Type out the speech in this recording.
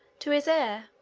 to his heir.